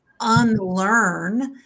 unlearn